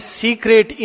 secret